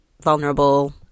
vulnerable